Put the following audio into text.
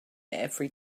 every